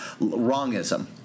wrongism